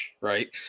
right